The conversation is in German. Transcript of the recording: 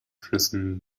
flüssen